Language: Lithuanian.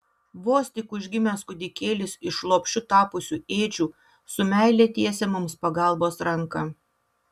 vos tik užgimęs kūdikėlis iš lopšiu tapusių ėdžių su meile tiesia mums pagalbos ranką